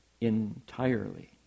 entirely